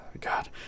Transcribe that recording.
god